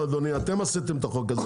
אתם עשיתם את החוק הזה,